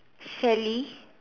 Sally